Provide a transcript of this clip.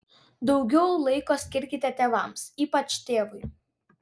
daugiau laiko skirkite tėvams ypač tėvui